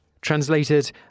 translated